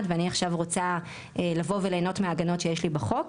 ואני עכשיו רוצה לבוא ולהנות מההגנות שיש לי בחוק,